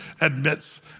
admits